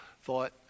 thought